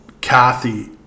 Kathy